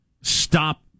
stop